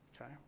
Okay